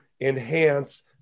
enhance